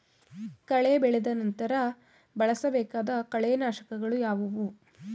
ಕಳೆ ಬೆಳೆದ ನಂತರ ಬಳಸಬೇಕಾದ ಕಳೆನಾಶಕಗಳು ಯಾವುವು?